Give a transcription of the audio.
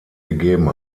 gegeben